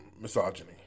misogyny